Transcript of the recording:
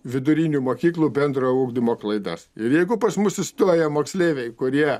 vidurinių mokyklų bendrojo ugdymo klaidas ir jeigu pas mus įstoja moksleiviai kurie